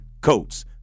coats